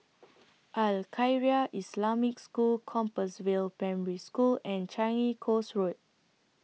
Al Khairiah Islamic School Compassvale Primary School and Changi Coast Road